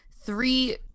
three